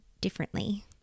differently